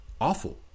awful